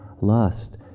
lust